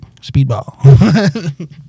speedball